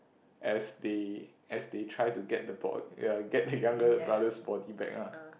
as they as they try to get the bod~ ya get the younger brother's body back lah